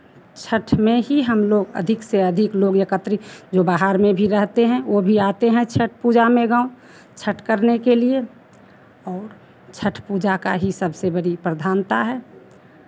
छठ में ही हम लोग अधिक से अधिक लोग एकत्रित जो बाहर में भी रहते हैं वो भी आते हैं छठ पूजा में गाँव छठ करने के लिए और छठ पूजा का ही सबसे बड़ी प्रधानता है